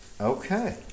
Okay